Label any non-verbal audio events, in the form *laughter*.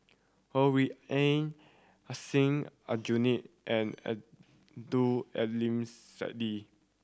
Ho Rui An Hussein Aljunied and Abdul Aleem *unintelligible*